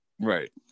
Right